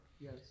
Yes